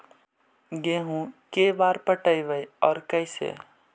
गेहूं के बार पटैबए और कैसे?